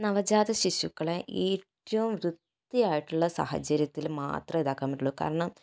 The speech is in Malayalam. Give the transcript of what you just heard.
നവജാത ശിശുക്കളെ ഏറ്റവും വൃത്തിയായിട്ടുള്ള സാഹചര്യത്തില് മാത്രമേ ഇതാക്കാൻ പറ്റുള്ളു കാരണം